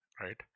Right